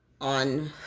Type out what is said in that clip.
on